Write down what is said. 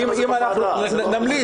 אם אנחנו נמליץ,